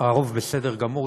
הרוב בסדר גמור,